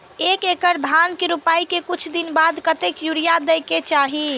एक एकड़ धान के रोपाई के कुछ दिन बाद कतेक यूरिया दे के चाही?